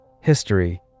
History